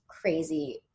crazy